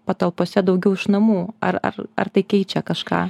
patalpose daugiau iš namų ar ar ar tai keičia kažką